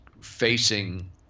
facing –